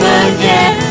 again